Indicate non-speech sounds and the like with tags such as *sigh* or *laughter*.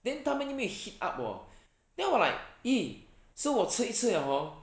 then 他们又没有 heat up wor *breath* then 我 like !ee! so 我吃一次了 hor